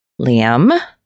Liam